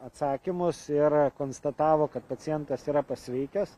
atsakymus ir konstatavo kad pacientas yra pasveikęs